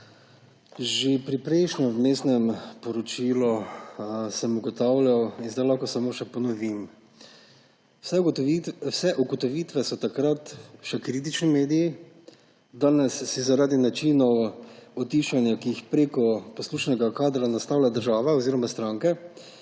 Že pri prejšnjem vmesnem poročilu sem ugotavljam in zdaj lahko samo še ponovim, vse ugotovitve so takrat še kritični mediji, danes si zaradi načinov utišanja, ki jih preko poslušnega kadra nastavlja država oziroma stranke,